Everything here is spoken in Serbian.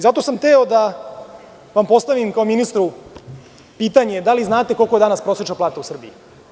Zato sam hteo da vam postavim kao ministru pitanje da li znate koliko je danas prosečna plata u Srbiji?